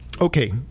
Okay